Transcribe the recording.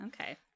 Okay